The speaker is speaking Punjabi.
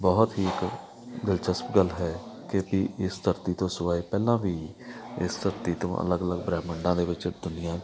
ਬਹੁਤ ਹੀ ਇੱਕ ਦਿਲਚਸਪ ਗੱਲ ਹੈ ਕਿ ਵੀ ਇਸ ਧਰਤੀ ਤੋਂ ਸਿਵਾਏ ਪਹਿਲਾਂ ਵੀ ਇਸ ਧਰਤੀ ਤੋਂ ਅਲੱਗ ਅਲੱਗ ਬ੍ਰਹਿਮੰਡਾਂ ਦੇ ਵਿੱਚ ਦੁਨੀਆਂ